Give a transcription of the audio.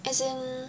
as in